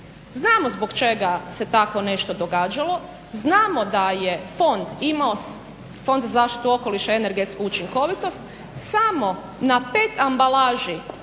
Znamo zbog čega se takvo nešto događalo, znamo da je fond imao, Fond za zaštitu okoliša i energetsku učinkovitost, samo na PET ambalaži